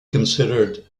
considered